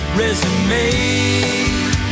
resume